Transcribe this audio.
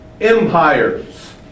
empires